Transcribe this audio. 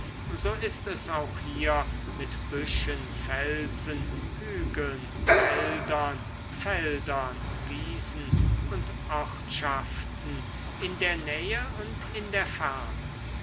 so ist es auch hier mit büschen felsen hügeln wäldern feldern wiesen und ortschaften in der nähe und in der ferne